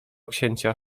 księcia